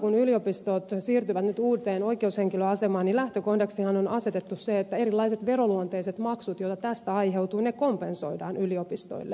todella kun yliopistot siirtyvät nyt uuteen oikeushenkilöasemaan niin lähtökohdaksihan on asetettu se että erilaiset veroluonteiset maksut joita tästä aiheutuu kompensoidaan yliopistoille